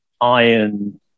iron